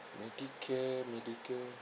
medicare medicare